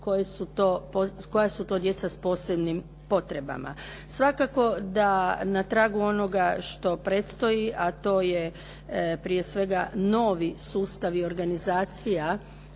koja su to djeca s posebnim potrebama. Svakako da na tragu onoga što predstoji, a to je prije svega novi sustavi organizacija